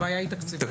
הבעיה היא תקציבית.